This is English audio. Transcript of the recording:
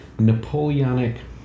Napoleonic